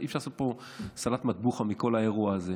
אי-אפשר לעשות סלט מטבוחה מכל האירוע הזה.